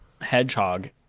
hedgehog